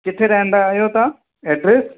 किथे रहंदा आयो तव्हां एड्रेस